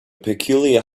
peculiar